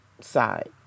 side